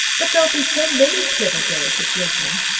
but there'll be so many clever girls at redmond,